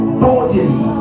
bodily